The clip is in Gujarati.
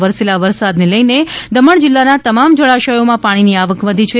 વરસેલા વરસાદને લઈ ને દમણ જિલ્લાના તમામ જળાશયોમા પણ પાણીની આવક વધી છે